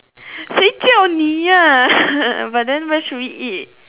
谁叫你啊 but then where should we eat